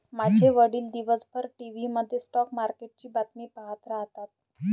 माझे वडील दिवसभर टीव्ही मध्ये स्टॉक मार्केटची बातमी पाहत राहतात